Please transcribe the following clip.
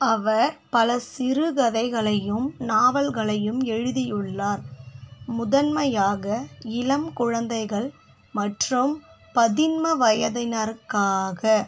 அவர் பல சிறுகதைகளையும் நாவல்களையும் எழுதியுள்ளார் முதன்மையாக இளம் குழந்தைகள் மற்றும் பதின்ம வயதினருக்காக